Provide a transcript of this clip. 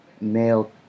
male